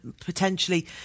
Potentially